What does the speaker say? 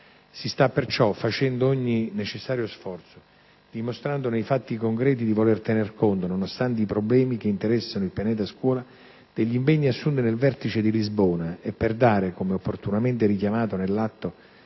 Si sta perciò facendo ogni necessario sforzo, dimostrando nei fatti concreti di voler tenere conto, nonostante i problemi che interessano il pianeta scuola, degli impegni assunti nel Vertice di Lisbona e per dare, come opportunamente richiamato nell'atto